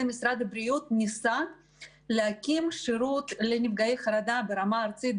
משרד הבריאות ניסה להקים שירות לנפגעי חרדה ברמה ארצית,